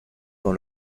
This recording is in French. dans